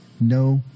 No